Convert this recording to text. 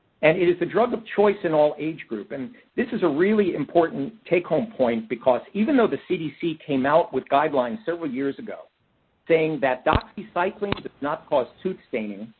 and it is a drug of choice in all age groups. and this is a really important take-home point because, even though the cdc came out with guidelines several years ago saying that doxycycline does not cause tooth staining,